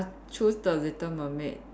choose the little mermaid